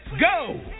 go